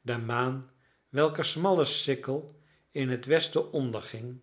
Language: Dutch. de maan welker smalle sikkel in het westen onderging